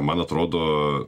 man atrodo